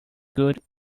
good